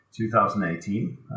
2018